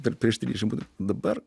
dar prieš trišim būtų dabar